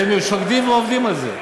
והם שוקדים ועובדים על זה.